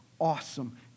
awesome